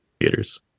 theaters